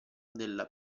della